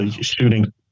shooting